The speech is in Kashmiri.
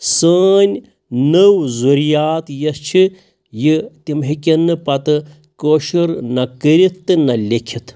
سٲنۍ نٔو ذُریات یۄس چھِ یہِ تِم ہیٚکٮ۪ن نہٕ پتہٕ کٲشُر نہ کٔرِتھ تہٕ نہ لیٚکھِتھ